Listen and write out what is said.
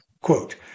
quote